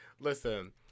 Listen